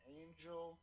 angel